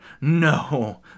No